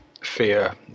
fear